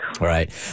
Right